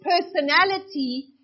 personality